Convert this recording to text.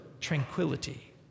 tranquility